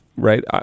right